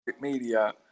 Media